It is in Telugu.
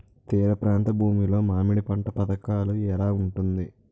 తీర ప్రాంత భూమి లో మామిడి పంట పథకాల ఎలా ఉంటుంది?